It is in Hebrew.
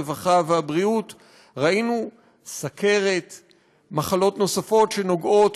הרווחה והבריאות ראינו סוכרת ומחלות נוספות שנובעות